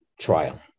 trial